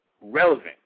relevant